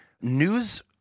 news